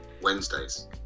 wednesdays